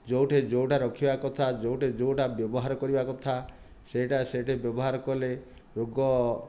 ଯେଉଁଠି ଯେଉଁଟା ରଖିବା କଥା ଯେଉଁଠି ଯେଉଁଟା ବ୍ୟବହାର କରିବା କଥା ସେହିଟା ସେଇଠି ବ୍ୟବହାର କଲେ ରୋଗ